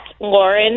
Lauren